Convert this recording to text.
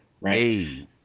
right